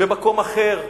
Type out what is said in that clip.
במקום אחר.